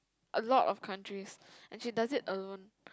a lot of countries and she does it alone